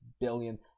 billion